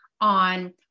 on